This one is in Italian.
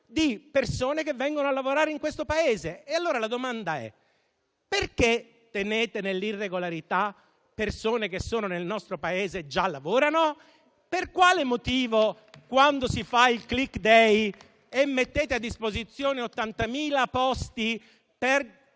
di persone che vengano a lavorare in questo Paese. E allora la domanda è: perché tenete nell'irregolarità persone che sono nel nostro Paese e già lavorano? Per quale motivo quando si fa il *click day* mettete a disposizione 80.000 posti